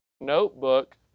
notebook